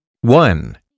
One